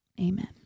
amen